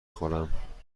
خورم